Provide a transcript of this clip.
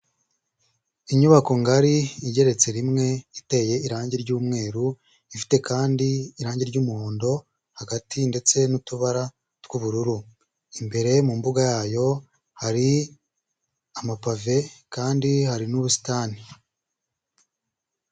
Inyubako ngari, igeretse rimwe, iteye irange ry'umweru, ifite kandi irange ry'umuhondo hagati ndetse n'utubara tw'ubururu. Imbere mu mbuga yayo, hari amapave kandi hari n'ubusitani.